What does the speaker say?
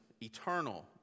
Eternal